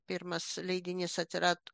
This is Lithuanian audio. pirmas leidinys atsirat